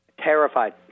terrified